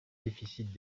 déficits